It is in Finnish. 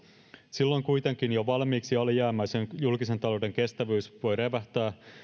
silloin kuitenkin jo valmiiksi alijäämäisen julkisen talouden kestävyys voi revähtää